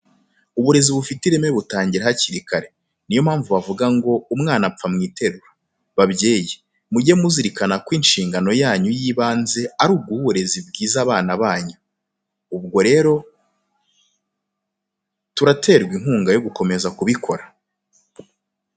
Uburezi bufite ireme butangira hakiri kare. Ni yo mpamvu bavuga ngo: "Umwana apfa mu iterura." Babyeyi, mujye muzirikana ko inshingano yanyu y'ibanze ari uguha uburezi bwiza abana banyu. Ubwo rero turaterwa inkunga yo gukomeza kubikora.